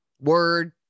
Word